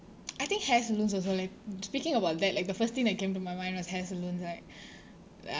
I think hair salons also like speaking about that like the first thing that came to my mind was hair salons like